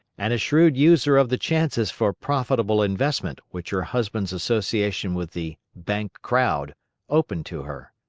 and a shrewd user of the chances for profitable investment which her husband's association with the bank crowd opened to her.